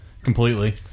Completely